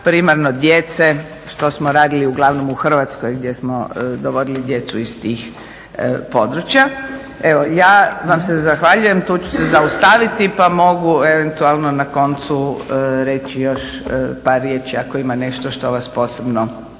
primarno djece što smo radili uglavnom u Hrvatskoj gdje smo dovodili djecu iz tih područja. Evo ja vam se zahvaljujem. Tu ću se zaustaviti pa mogu eventualno na koncu reći još par riječi ako ima nešto što vas posebno zanima